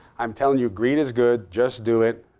i'm telling you greed is good, just do it,